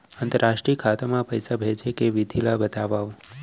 अंतरराष्ट्रीय खाता मा पइसा भेजे के विधि ला बतावव?